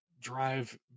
drive